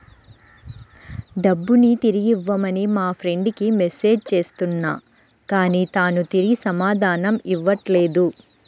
డబ్బుని తిరిగివ్వమని మా ఫ్రెండ్ కి మెసేజ్ చేస్తున్నా కానీ తాను తిరిగి సమాధానం ఇవ్వట్లేదు